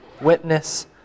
witness